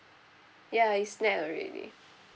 ya it's here already